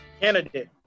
Candidate